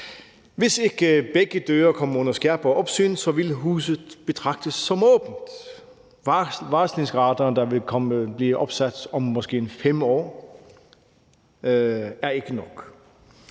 Hvis ikke begge døre kommer under skærpet opsyn, vil huset betragtes som åbent. Varslingsradaren, der vil blive opsat om måske 5 år, er ikke nok.